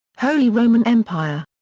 holy roman empire.